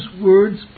words